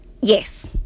yes